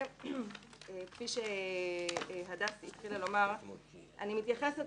- כפי שהדס התחילה לומר, אני מתייחסת